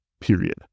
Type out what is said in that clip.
period